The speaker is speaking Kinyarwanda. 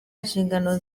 inshingano